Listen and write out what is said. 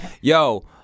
yo